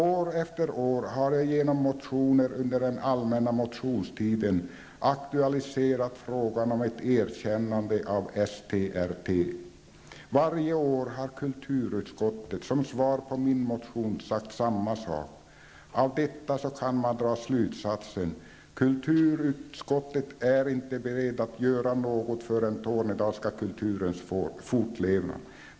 År efter år har jag genom motioner under den allmänna motionstiden aktualiserat frågan om ett erkännande av STR-T. Varje år har kulturutskottet som svar på min motion sagt samma sak. Av detta kan man dra slutsatsen att kulturutskottet är inte berett att göra något för den tornedalska kulturens fortlevnad.